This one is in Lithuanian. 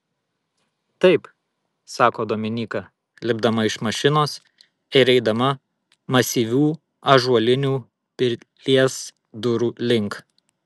taip sako dominyka lipdama iš mašinos ir eidama masyvių ąžuolinių pilies durų link